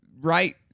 right